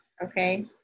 okay